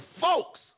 folks